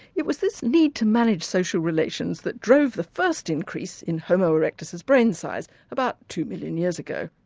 it was this need to manage social relations that drove the first increase in homo erectus's brain size about two million years ago.